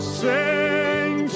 sing